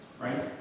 right